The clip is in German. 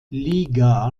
liga